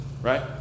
right